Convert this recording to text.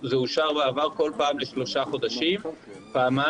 זה אושר בעבר כל פעם לשלושה חודשים פעמיים,